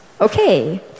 Okay